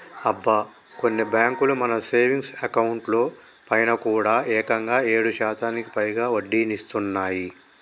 అబ్బా కొన్ని బ్యాంకులు మన సేవింగ్స్ అకౌంట్ లో పైన కూడా ఏకంగా ఏడు శాతానికి పైగా వడ్డీనిస్తున్నాయి